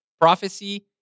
prophecy